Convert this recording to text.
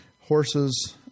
horses